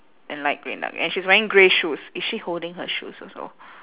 and light green like me and she's wearing grey shoes is she holding her shoes also